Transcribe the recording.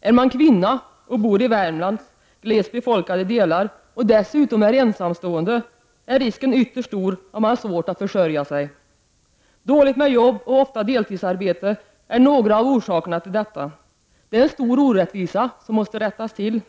Är man kvinna och bor i Värmlands glest befolkade delar och dessutom är ensamstående, är risken ytterst stor att man har svårt att försörja sig. Dåligt med jobb och ofta deltidsarbete är en av orsakerna till detta. Det är en stor orättvisa, som måste rättas till.